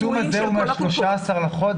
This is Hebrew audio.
הפרסום הזה הוא מ-13 באוגוסט.